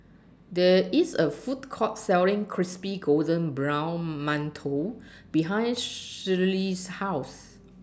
There IS A Food Court Selling Crispy Golden Brown mantou behind Shirlee's House